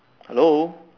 hello